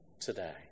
today